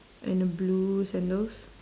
and a blue sandals